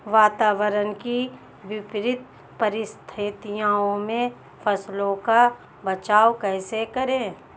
वातावरण की विपरीत परिस्थितियों में फसलों का बचाव कैसे करें?